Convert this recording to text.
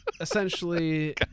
essentially